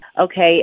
Okay